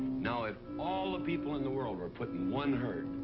now, if all the people in the world were put in one herd,